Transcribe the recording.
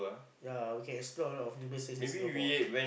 ya we can explore a lot of new places in Singapore